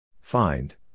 Find